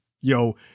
Yo